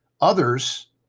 Others